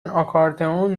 آکاردئون